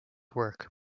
work